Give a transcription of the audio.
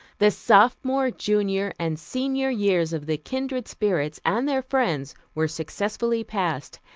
the sophomore, junior and senior years of the kindred spirits and their friends were successfully passed,